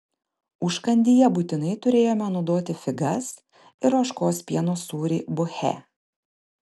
užkandyje būtinai turėjome naudoti figas ir ožkos pieno sūrį buche